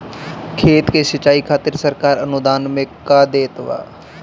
खेत के सिचाई खातिर सरकार अनुदान में का देत बा?